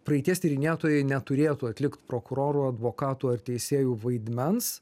praeities tyrinėtojai neturėtų atlikt prokurorų advokatų ar teisėjų vaidmens